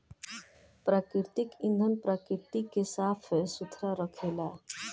प्राकृतिक ईंधन प्रकृति के साफ सुथरा रखेला